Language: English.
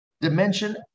dimension